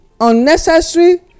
unnecessary